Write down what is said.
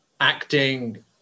acting